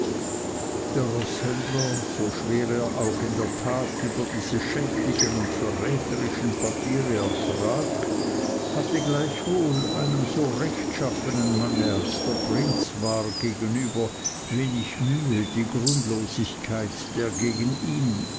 der roßhändler so schwer er auch in der tat über diese schändlichen und verräterischen papiere erschrak hatte gleichwohl einem so rechtschaffenen manne als der prinz war gegenüber wenig mühe die grundlosigkeit der gegen ihn